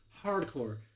hardcore